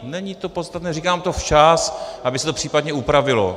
Není to podstatné, říkám to včas, aby se to případně upravilo.